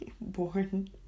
born